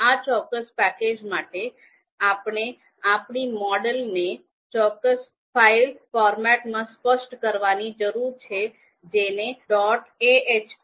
આ ચોક્કસ પેકેજ માટે આપણે આપણી મોડેલને ચોક્કસ ચોક્કસ ફાઇલ ફોર્મેટમાં સ્પષ્ટ કરવાની જરૂર છે જેને ડોટ ahp